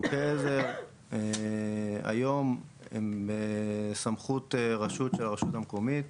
חוקי עזר היום הם בסמכות הרשות המקומית.